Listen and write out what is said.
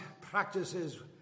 practices